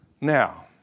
Now